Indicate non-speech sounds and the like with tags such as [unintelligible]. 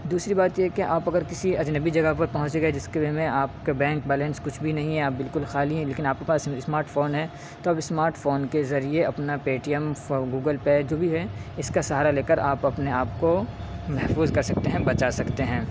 دوسری بات یہ ہے کہ آپ اگر کسی اجنبی جگہ پر پہنچ گئے جس کے [unintelligible] میں آپ کے بینک بیلنس کچھ بھی نہیں ہے آپ بالکل خالی ہیں لیکن آپ کے پاس اسمارٹ فون ہے تو آپ اسمارٹ فون کے ذریعے اپنا Paytm Google pay جو بھی ہے اس کا سہارا لے کر آپ اپنے آپ کو محفوظ کر سکتے ہیں بچا سکتے ہیں